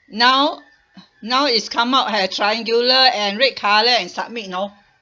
now now is come out have triangular and red colour and submit you know